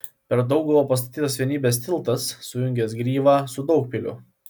per dauguvą pastatytas vienybės tiltas sujungęs gryvą su daugpiliu